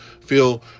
feel